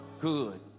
good